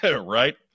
right